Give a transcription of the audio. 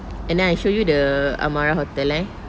and then I show you the Amara hotel eh